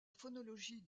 phonologie